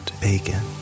bacon